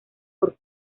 por